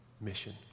mission